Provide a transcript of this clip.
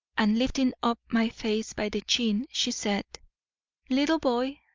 and lifting up my face by the chin, she said little boy,